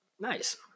Nice